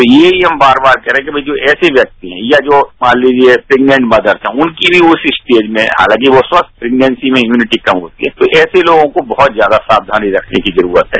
तो यही हम बार बार कह रहे हैं जो ऐसे व्यक्ति हैं या जो मान लीजिए प्रेग्नेंट मदर हैं उनकी भी उस स्टेज में हालांकि वो स्वस्थ प्रेग्नेंसी में इम्युनिटी कम होती है तो ऐसे लोगों को बहुत ज्यादा साक्षानी रखने की जरूरत है